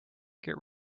get